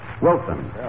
Wilson